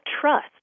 trust